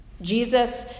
Jesus